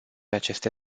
aceste